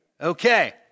Okay